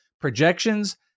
projections